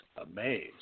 amazed